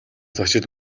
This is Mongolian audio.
зочид